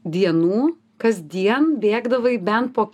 dienų kasdien bėgdavai bent po